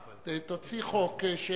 תוציא חוק.